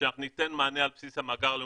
שאנחנו ניתן מענה על בסיס המאגר הלאומי.